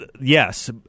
yes